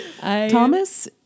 Thomas